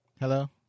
Hello